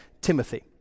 Timothy